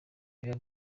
biba